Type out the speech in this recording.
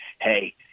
hey